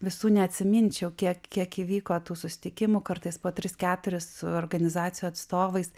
visų neatsiminčiau kiek kiek įvyko tų susitikimų kartais po tris keturis su organizacijų atstovais